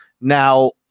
Now